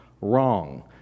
Wrong